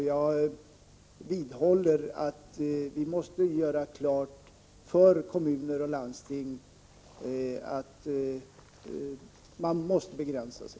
Jag vidhåller att vi måste göra klart för kommuner och landsting att man måste begränsa sig.